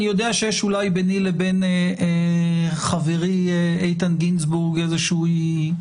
אני יודע שיש אולי ביני לבין חברי איתן גינזבורג השקפה